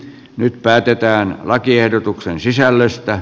nyt päätetään lakiehdotuksen sisällöstä